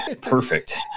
Perfect